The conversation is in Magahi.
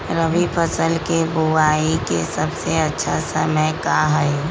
रबी फसल के बुआई के सबसे अच्छा समय का हई?